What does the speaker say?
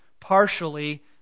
partially